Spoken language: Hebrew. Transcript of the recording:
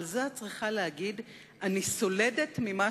על זה את צריכה להגיד: אני סולדת ממה